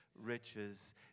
riches